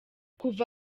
kuva